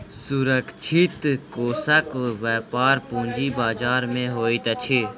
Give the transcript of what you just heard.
सुरक्षित कोषक व्यापार पूंजी बजार में होइत अछि